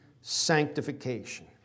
Sanctification